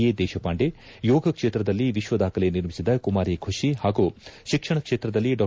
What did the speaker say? A Deshpande ಯೋಗ ಕ್ಷೇತ್ರದಲ್ಲಿ ವಿಶ್ವದಾಖಲೆ ನಿರ್ಮಿಸಿದ ಕುಮಾರಿ ಖುಷಿ ಹಾಗೂ ಶಿಕ್ಷಣ ಕ್ಷೇತ್ರದಲ್ಲಿ ಡಾ